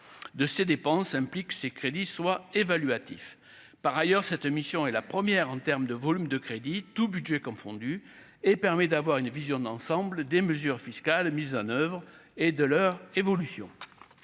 de ses dépenses, ces crédits soient évaluatif par ailleurs, cette mission est la première en terme de volume de crédit tous Budgets confondus et permet d'avoir une vision d'ensemble des mesures fiscales mises en oeuvre et de leur évolution,